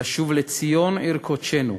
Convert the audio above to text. לשוב לציון, עיר קודשנו,